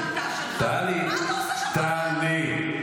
טלי,